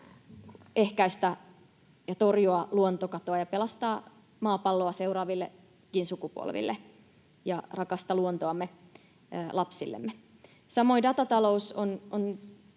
ehkäistä ja torjua luontokatoa ja pelastaa maapalloa seuraavillekin sukupolville ja rakasta luontoamme lapsillemme. Samoin datatalous on